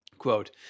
quote